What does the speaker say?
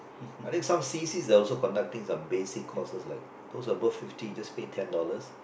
I think some C_C they are also conducting basic courses those above fifty just pay ten dollars